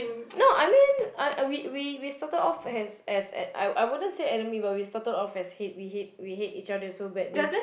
no I meant I I we we we started of as as I I wouldn't say enemy but we started of as hate we hate we hate each other so badly